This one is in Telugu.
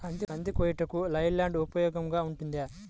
కంది కోయుటకు లై ల్యాండ్ ఉపయోగముగా ఉంటుందా?